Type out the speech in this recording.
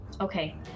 Okay